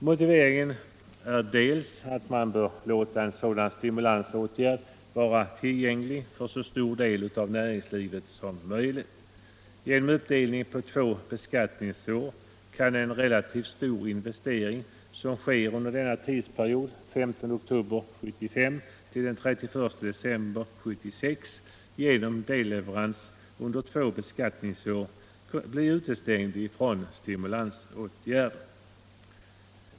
Motiveringen härför är bl.a. att man bör låta en sådan stimulansåtgärd vara tillgänglig för en så stor del av näringslivet som möjligt. Uppdelningen på två beskattningsår kan medföra att en relativt stor investering som sker under denna period, 15 oktober 1975 — 31 december 1976, genom delleverans under de två beskattningsåren blir utestängd från stimulansåtgärderna.